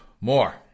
more